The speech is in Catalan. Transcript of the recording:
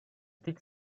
dits